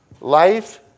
Life